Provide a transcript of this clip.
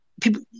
people